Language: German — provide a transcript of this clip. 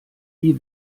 wie